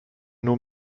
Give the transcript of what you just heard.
nur